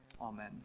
amen